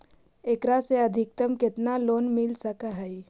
एकरा से अधिकतम केतना लोन मिल सक हइ?